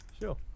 sure